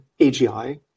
AGI